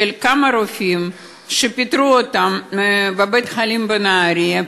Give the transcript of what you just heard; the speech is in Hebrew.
של כמה רופאים שפיטרו אותם מבית-החולים בנהריה,